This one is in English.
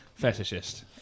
Fetishist